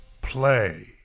play